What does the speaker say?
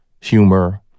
humor